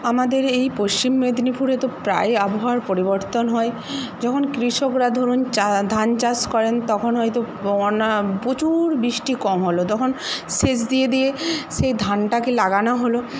আমাদের এই পশ্চিম মেদিনীপুরে তো প্রায় আবহাওয়ার পরিবর্তন হয় যখন কৃষকরা ধরুন চা ধান চাষ করেন তখন হয়তো অনা প্রচুর বৃষ্টি কম হল তখন শীষ দিয়ে দিয়ে সেই ধানটাকে লাগানো হল